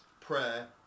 prayer